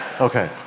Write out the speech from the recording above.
okay